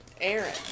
Aaron